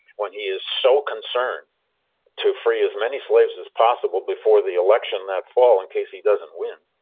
when he is so concerned to free as many slaves as possible before the election that fall in case he doesn't win.